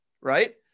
Right